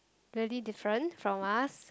really different from us